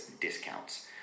discounts